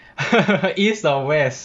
east or west